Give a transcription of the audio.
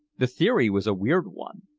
the theory was a weird one,